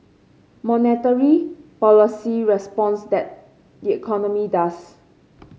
monetary policy responds tat the economy does